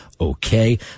okay